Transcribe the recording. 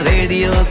Radio